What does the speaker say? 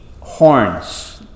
horns